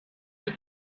the